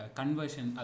conversion